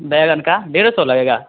बैंगन का डेढ़ सौ लगेगा